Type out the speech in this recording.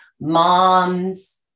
moms